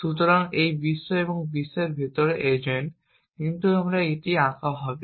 সুতরাং এই বিশ্ব এবং বিশ্বের ভিতরে এজেন্ট কিন্তু এখানে এটি আঁকা হবে